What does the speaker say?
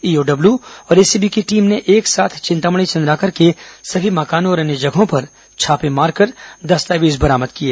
EOW और ACB की टीमों ने एक साथ चिंतामणि चंद्राकर के सभी मकानों और अन्य जगहों पर छापा मारकर दस्तावेज बरामद किए